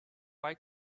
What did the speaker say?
why